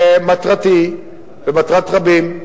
שמטרתי ומטרת רבים,